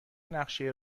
نقشه